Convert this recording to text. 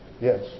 Yes